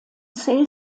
zählt